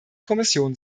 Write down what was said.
kommission